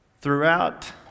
Throughout